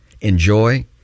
enjoy